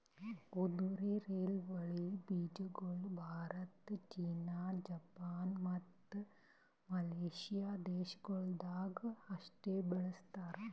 ಕುದುರೆರೈವಲಿ ಬೀಜಗೊಳ್ Bharat, China, Japan, ಮತ್ತ ಮಲೇಷ್ಯಾ ದೇಶಗೊಳ್ದಾಗ್ ಅಷ್ಟೆ ಬೆಳಸ್ತಾರ್